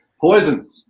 poison